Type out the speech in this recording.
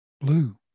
Blue